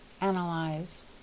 analyze